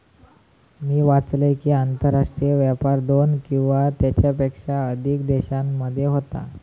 मी वाचलंय कि, आंतरराष्ट्रीय व्यापार दोन किंवा त्येच्यापेक्षा अधिक देशांमध्ये होता